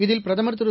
இதில் பிரதமர் திரு